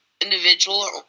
individual